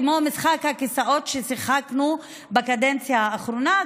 כמו משחק הכיסאות ששיחקנו בקדנציה האחרונה: